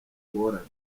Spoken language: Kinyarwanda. ngorane